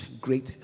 Great